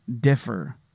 differ